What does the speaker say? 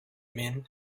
mean